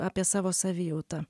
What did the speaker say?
apie savo savijautą